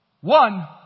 one